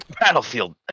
Battlefield